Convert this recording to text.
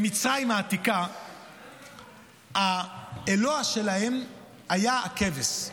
במצרים העתיקה האלוה שלהם היה הכבש.